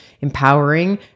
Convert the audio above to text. empowering